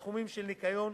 בתחומים של ניקיון,